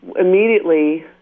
immediately